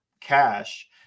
cash